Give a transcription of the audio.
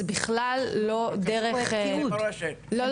זה בכלל לא דרך --- משרד מורשת -- לא,